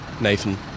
Nathan